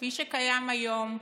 כפי שקיים היום,